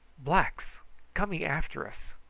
blacks coming after us.